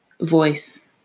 voice